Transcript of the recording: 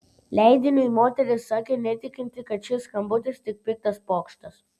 leidiniui moteris sakė netikinti kad šis skambutis tik piktas pokštas